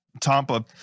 Tampa